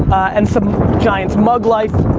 and some giants mug life.